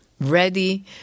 ready